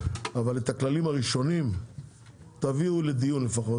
אבל את הכללים הראשונים תביאו לדיון לפחות,